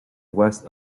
west